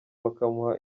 bakamuha